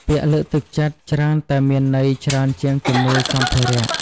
ពាក្យលើកទឹកចិត្តច្រើនតែមានន័យច្រើនជាងជំនួយសម្ភារៈ។